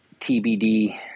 TBD